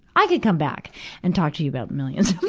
i could come back and talk to you about millions